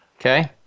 Okay